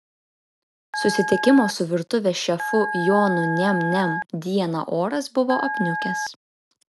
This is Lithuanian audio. susitikimo su virtuvės šefu jonu niam niam dieną oras buvo apniukęs